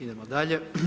Idemo dalje.